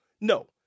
No